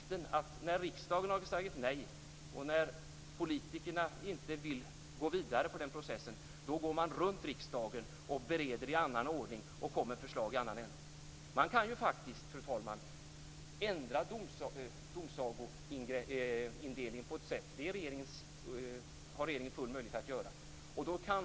När riksdagen har sagt nej och när politikerna inte vill gå vidare i denna process, är avsikten då att gå runt riksdagen, bereda detta i annan ordning och komma med förslag i en annan ända? Fru talman! Regeringen har möjlighet att ändra domsagoindelning.